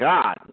God